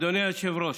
אדוני היושב-ראש,